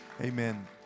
Amen